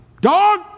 dog